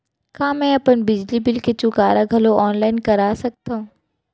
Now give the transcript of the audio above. का मैं अपन बिजली बिल के चुकारा घलो ऑनलाइन करा सकथव?